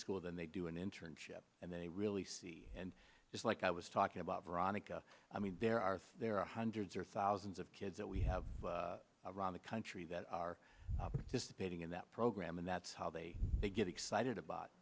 school and they do an internship and they really see and just like i was talking about veronica i mean there are there are hundreds or thousands of kids that we have around the country that are dissipating in that program and that's how they they get excited about